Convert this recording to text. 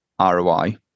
ROI